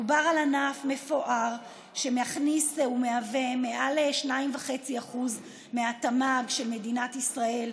מדובר על ענף מפואר שמכניס ומהווה מעל 2.5% מהתמ"ג של מדינת ישראל,